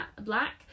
black